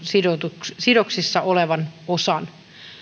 sidoksissa sidoksissa olevan osan